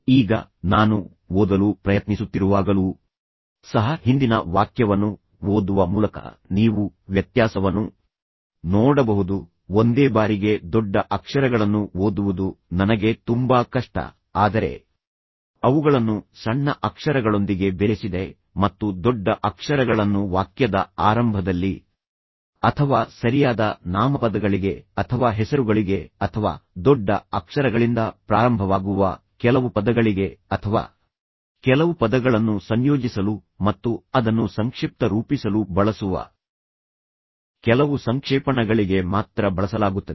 ಈಗ ನಾನು ಓದಲು ಪ್ರಯತ್ನಿಸುತ್ತಿರುವಾಗಲೂ ಸಹ ಹಿಂದಿನ ವಾಕ್ಯವನ್ನು ಓದುವ ಮೂಲಕ ನೀವು ವ್ಯತ್ಯಾಸವನ್ನು ನೋಡಬಹುದು ಒಂದೇ ಬಾರಿಗೆ ದೊಡ್ಡ ಅಕ್ಷರಗಳನ್ನು ಓದುವುದು ನನಗೆ ತುಂಬಾ ಕಷ್ಟ ಆದರೆ ಅವುಗಳನ್ನು ಸಣ್ಣ ಅಕ್ಷರಗಳೊಂದಿಗೆ ಬೆರೆಸಿದರೆ ಮತ್ತು ದೊಡ್ಡ ಅಕ್ಷರಗಳನ್ನು ವಾಕ್ಯದ ಆರಂಭದಲ್ಲಿ ಅಥವಾ ಸರಿಯಾದ ನಾಮಪದಗಳಿಗೆ ಅಥವಾ ಹೆಸರುಗಳಿಗೆ ಅಥವಾ ದೊಡ್ಡ ಅಕ್ಷರಗಳಿಂದ ಪ್ರಾರಂಭವಾಗುವ ಕೆಲವು ಪದಗಳಿಗೆ ಅಥವಾ ಕೆಲವು ಪದಗಳನ್ನು ಸಂಯೋಜಿಸಲು ಮತ್ತು ಅದನ್ನು ಸಂಕ್ಷಿಪ್ತ ರೂಪಿಸಲು ಬಳಸುವ ಕೆಲವು ಸಂಕ್ಷೇಪಣಗಳಿಗೆ ಮಾತ್ರ ಬಳಸಲಾಗುತ್ತದೆ